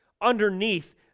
underneath